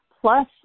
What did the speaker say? plus